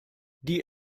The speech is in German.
die